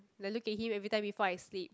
then look at him every time before I sleep